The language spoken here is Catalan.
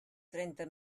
trenta